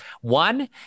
One